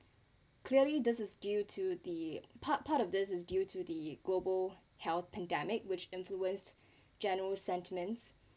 clearly this is due to the part part of this is due to the global health pandemic which influenced general sentiments